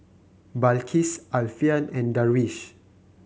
Balqis Alfian and Darwish